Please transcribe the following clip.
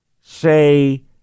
say